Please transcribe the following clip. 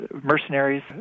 mercenaries